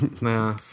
Nah